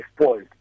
spoiled